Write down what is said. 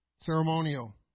ceremonial